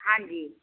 ਹਾਂਜੀ